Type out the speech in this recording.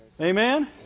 Amen